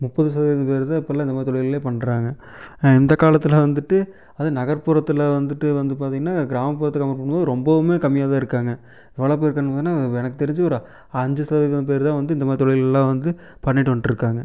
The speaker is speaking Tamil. முப்பது சதவீத பேர் தான் இப்போல்லாம் இந்த மாரி தொழில்ல பண்ணுறாங்க இந்த காலத்தில் வந்துவிட்டு அதுவும் நகர்ப்புறத்தில் வந்துவிட்டு வந்து பார்த்திங்கனா கிராமப்புறத்தை கம்பேர் பண்ணும்போது ரொம்பவுமே கம்மியாகதான் இருக்காங்க பார்த்திங்கனா எனக்கு தெரிஞ்சு ஒரு அஞ்சு சதவீதம் பேர் தான் வந்து இந்த மாரி தொழில்கள்லாம் வந்து பண்ணிகிட்டு வந்துட்ருக்காங்க